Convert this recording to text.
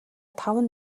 таван